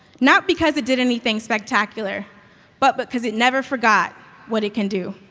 not because it did anything spectacular but but because it never forgot what it can do.